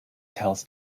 tales